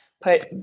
put